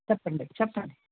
చెప్పండి చెప్పండి